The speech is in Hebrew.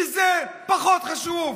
שזה פחות חשוב.